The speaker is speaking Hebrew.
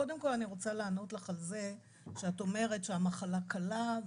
קודם כל אני רוצה לענות לך על זה שאת אומרת שהמחלה קלה.